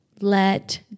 Let